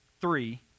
three